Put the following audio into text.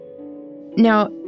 Now